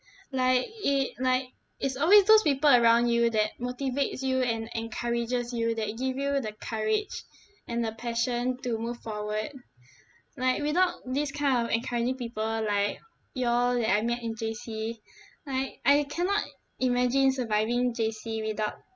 like it like it's always those people around you that motivates you and encourages you that give you the courage and the passion to move forward like without this kind of encouraging people like you all that I met in J_C like I cannot imagine surviving J_C without